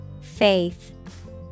Faith